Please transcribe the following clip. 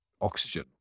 oxygen